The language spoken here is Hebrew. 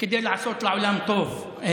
כדי לעשות לעולם טוב.